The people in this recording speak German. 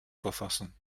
verfassen